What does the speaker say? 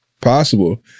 Possible